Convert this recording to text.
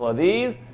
ah these